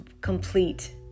complete